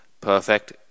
Perfect